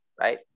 right